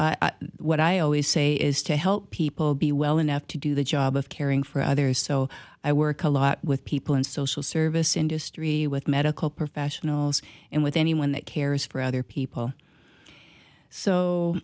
what i always say is to help people be well enough to do the job of caring for others so i work a lot with people in social service industry with medical professionals and with anyone that cares for other people so